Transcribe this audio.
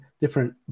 different